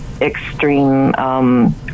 extreme